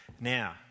Now